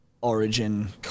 origin